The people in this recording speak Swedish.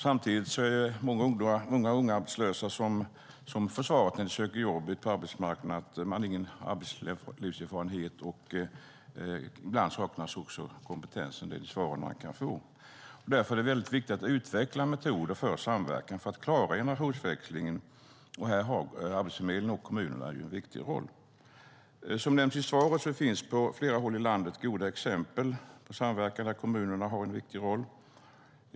Samtidigt är det många arbetslösa ungdomar som när de söker jobb på arbetsmarknaden får svaret att de inte har någon arbetslivserfarenhet och att det ibland också saknas kompetens. Därför är det viktigt att utveckla metoder för samverkan för att klara generationsväxlingen. Här har Arbetsförmedlingen och kommunerna en viktig roll. Som nämns i svaret finns på flera håll i landet goda exempel på samverkan där kommunerna har en viktig roll.